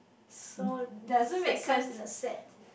so a set comes in a set